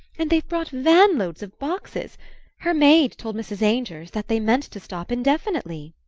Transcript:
and they've brought van-loads of boxes her maid told mrs. ainger's that they meant to stop indefinitely.